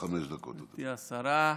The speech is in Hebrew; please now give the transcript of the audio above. גברתי השרה,